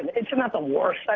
it's not the worst, i